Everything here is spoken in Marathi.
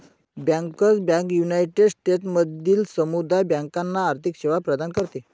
बँकर्स बँक युनायटेड स्टेट्समधील समुदाय बँकांना आर्थिक सेवा प्रदान करते